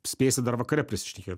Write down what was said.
spėsi dar vakare prisišnekėt